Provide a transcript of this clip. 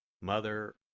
Mother